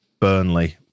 Burnley